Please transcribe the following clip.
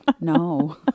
no